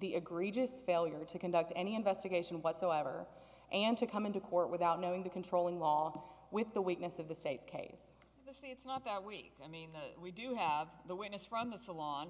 the egregious failure to conduct any investigation whatsoever and to come into court without knowing the controlling law with the weakness of the state's case the see it's not that weak i mean we do have the witness from the salon